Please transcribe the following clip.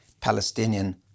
Palestinian